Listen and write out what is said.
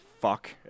fuck